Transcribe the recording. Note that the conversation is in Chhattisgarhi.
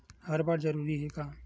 हर बार जरूरी हे का?